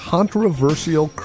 Controversial